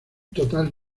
total